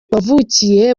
wavukiye